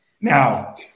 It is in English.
Now